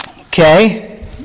Okay